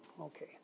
okay